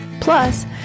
plus